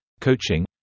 coaching